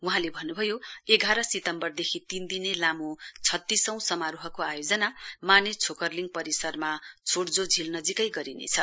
वहाँले भन्न्भयो एघार सितम्वरदेखि तीन दिने लामो छत्तीसौं समारोहको आयोजना माने छोकरलिङ परिसरमा छोङ्जो झील नजीकै गरिनेछ